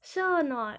sure or not